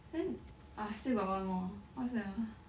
then I still got one more what's that ah